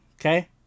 Okay